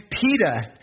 Peter